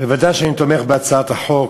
ודאי שאני תומך בהצעת החוק,